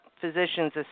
physician's